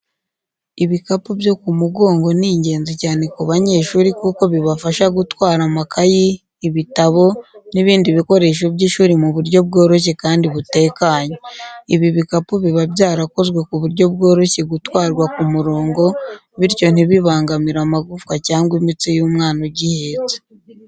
Ibikapu byo ku mugongo ni ingenzi cyane ku banyeshuri kuko bibafasha gutwara amakayi, ibitabo, n’ibindi bikoresho by’ishuri mu buryo bworoshye kandi butekanye. Ibi bikapu biba byarakozwe ku buryo byoroshye gutwarwa ku murongo, bityo ntibibangamire amagufa cyangwa imitsi y’umwana ugihetse.